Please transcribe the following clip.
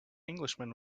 englishman